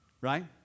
right